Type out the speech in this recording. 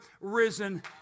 risen